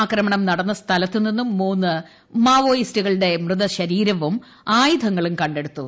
ആക്രമണം നടന്ന സ്ഥലത്ത് നിന്നും മൂന്ന് മാവോയിസ്റ്റുകളുടെ മൃതശരീരവും ആയുധങ്ങളും കണ്ടെടുത്തു